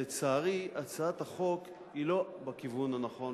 לצערי הצעת החוק היא לא בכיוון הנכון,